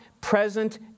present